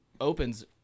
opens